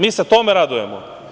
Mi se tome radujemo.